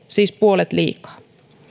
siis puolet liikaa